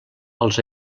els